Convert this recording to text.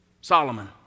Solomon